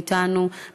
מאתנו,